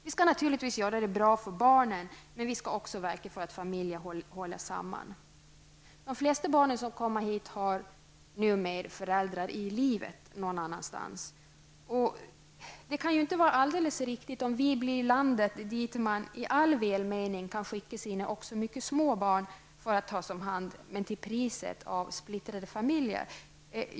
Vi skall naturligtvis göra det bra för barnen, men vi skall också verka för att familjer håller samman. De flesta barn som kommer hit har numera föräldrar i livet någonstans. Det kan inte vara helt riktigt, om vi får ett rykte som landet dit man i all välmening kan sända sina små barn för att tas om hand men till priset av splittrade familjer.